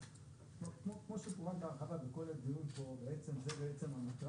כמו שפורט בהרחבה בכל הדיון פה, בעצם מטרת